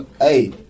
Hey